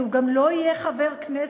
כי הוא גם לא יהיה חבר כנסת.